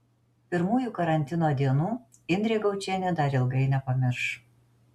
pirmųjų karantino dienų indrė gaučienė dar ilgai nepamirš